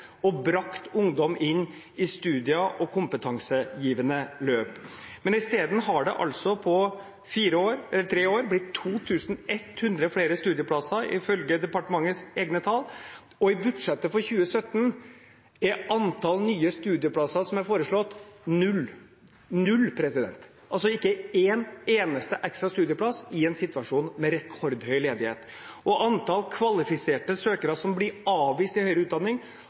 og brakt ungdom inn i studier og kompetansegivende løp. Isteden har det altså på tre år blitt 2 100 flere studieplasser ifølge departementets egne tall, og i budsjettet for 2017 er antall nye studieplasser som er foreslått, null – null! Altså ikke en eneste ekstra studieplass i en situasjon med rekordhøy ledighet. Antall kvalifiserte søkere som blir avvist til høyere utdanning,